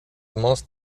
most